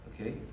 okay